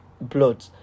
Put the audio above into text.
blood